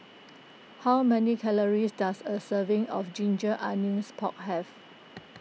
how many calories does a serving of Ginger Onions Pork have